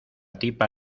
tipa